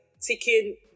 taking